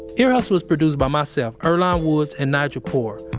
ear hustle is produced by myself, earlonne woods, and nigel poor,